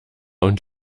und